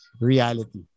reality